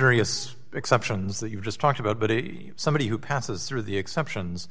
various exceptions that you just talked about but somebody who passes through the exceptions